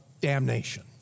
damnation